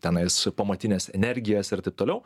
tenais pamatines energijas ir taip toliau